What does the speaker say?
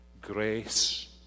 Grace